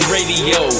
Radio